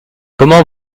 comment